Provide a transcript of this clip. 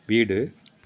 வீடு